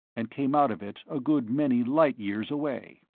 and came out of it a good many light-years away.